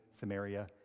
Samaria